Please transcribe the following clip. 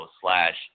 slash